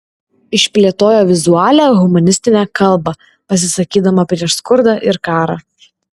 išplėtojo vizualią humanistinę kalbą pasisakydama prieš skurdą ir karą